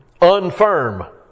unfirm